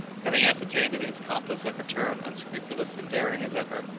having ascertained that his accomplice had returned unscrupulous and daring as ever,